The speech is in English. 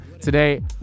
today